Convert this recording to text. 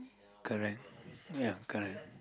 correct ya correct